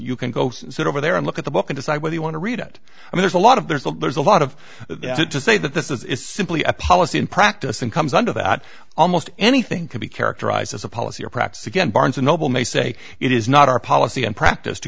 you can go sit over there and look at the book and decide whether you want to read it and there's a lot of there's a lot of it to say that this is simply a policy in practice and comes under that almost anything can be characterized as a policy or practice again barnes and noble may say it is not our policy and practice to